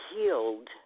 healed